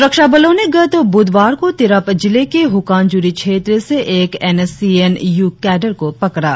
सुरक्षा बलो ने गत ब्रधवार को तिरप जिले के हुकानजुरी क्षेत्र से एक N S C N U cadre को पकड़ा